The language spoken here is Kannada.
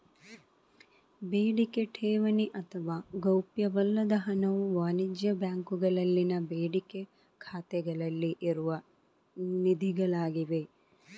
ಬೇಡಿಕೆ ಠೇವಣಿ ಅಥವಾ ಗೌಪ್ಯವಲ್ಲದ ಹಣವು ವಾಣಿಜ್ಯ ಬ್ಯಾಂಕುಗಳಲ್ಲಿನ ಬೇಡಿಕೆ ಖಾತೆಗಳಲ್ಲಿ ಇರುವ ನಿಧಿಗಳಾಗಿವೆ